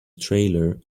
trailer